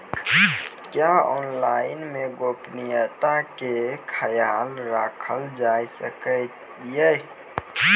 क्या ऑनलाइन मे गोपनियता के खयाल राखल जाय सकै ये?